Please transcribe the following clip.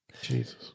Jesus